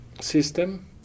system